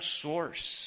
source